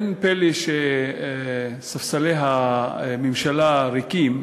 אין פלא שספסלי הממשלה ריקים,